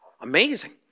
Amazing